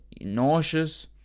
nauseous